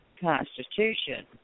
Constitution